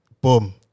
Boom